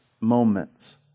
moments